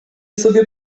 sobie